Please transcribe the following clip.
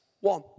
one